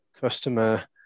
customer